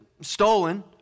stolen